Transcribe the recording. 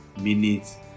minutes